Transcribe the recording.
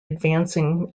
advancing